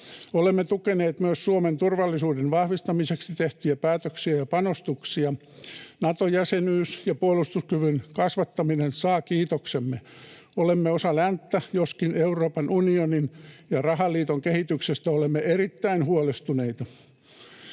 Olemme tukeneet myös Suomen turvallisuuden vahvistamiseksi tehtyjä päätöksiä ja panostuksia. Nato-jäsenyys ja puolustuskyvyn kasvattaminen saavat kiitoksemme. Olemme osa länttä, joskin Euroopan unionin ja rahaliiton kehityksestä olemme erittäin huolestuneita.